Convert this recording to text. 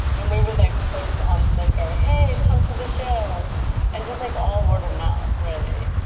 and we would, like, post on flickr, hey, come to the show and just, like, all word of mouth, really.